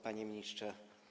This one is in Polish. Panie Ministrze!